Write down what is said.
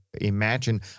imagine